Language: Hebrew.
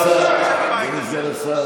אדוני סגן השר,